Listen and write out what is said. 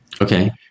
okay